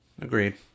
Agreed